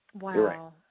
Wow